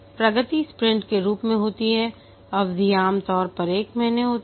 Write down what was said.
प्रगति sprint के रूप में होती है अवधि आमतौर पर एक महीने होती है